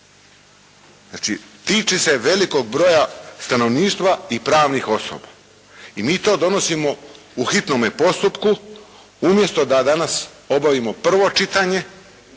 Znači tiče se velikog broja stanovništva i pravnih osoba i mi to donosimo u hitnome postupku umjesto d danas obavimo prvo čitanje,